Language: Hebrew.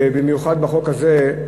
ובמיוחד בחוק הזה,